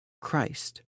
Christ